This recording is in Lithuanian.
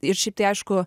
ir šiaip tai aišku